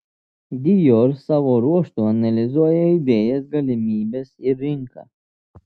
dior savo ruožtu analizuoja idėjas galimybes ir rinką